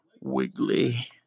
Wiggly